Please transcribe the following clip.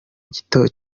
gito